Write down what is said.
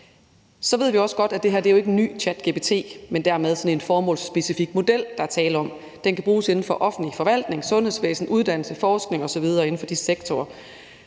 Så ved vi også godt, at det jo ikke er en ny ChatGPT, men derimod en formålsspecifik model, der er tale om. Den kan bruges inden for offentlig forvaltning, sundhedsvæsenet, uddannelse, forskning osv., altså inden for de sektorer.